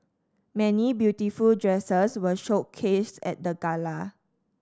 many beautiful dresses were showcased at the gala